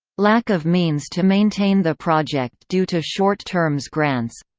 lack of means to maintain the project due to short-terms grants